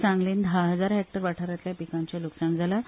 सांगलींत धा हजार हॅक्टर वाठारांतल्या पिकांचें लुकसाण जालां